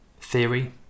theory